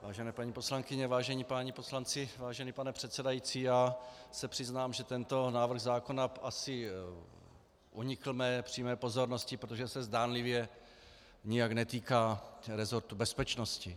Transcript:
Vážené paní poslankyně, vážení páni poslanci, vážení páni poslanci, vážený pane předsedající, přiznám se, že tento návrh zákona asi unikl mé přímé pozornosti, protože se zdánlivě nijak netýká resortu bezpečnosti.